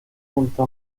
junto